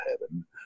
heaven